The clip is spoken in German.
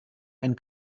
ein